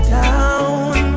down